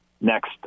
next